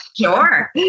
Sure